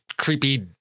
creepy